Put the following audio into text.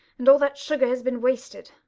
and all that sugar has been wasted.